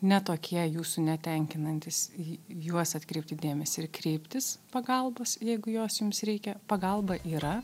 ne tokie jūsų netenkinantys į į juos atkreipti dėmesį ir kreiptis pagalbos jeigu jos jums reikia pagalba yra